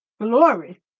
glory